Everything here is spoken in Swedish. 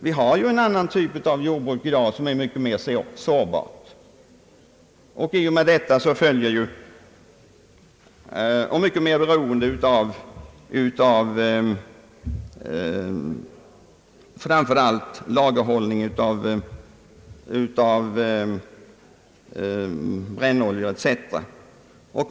Vi har ju i dag en annan typ av jordbruk, som är mycket mera sårbar och mycket mera beroende av framför allt lagerhållning av brännolja etc.